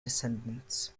descendants